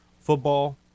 football